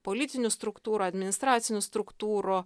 politinių struktūrų administracinių struktūrų